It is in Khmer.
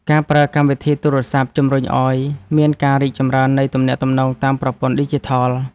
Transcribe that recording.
ការប្រើកម្មវិធីទូរសព្ទ ជំរុញឱ្យមានការរីកចម្រើននៃទំនាក់ទំនងតាមប្រព័ន្ធឌីជីថល។